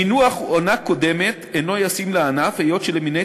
המינוח "עונה קודמת" אינו ישים לענף היות שלמיני